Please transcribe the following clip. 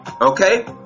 Okay